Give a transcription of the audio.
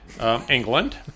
England